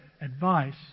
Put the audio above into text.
advice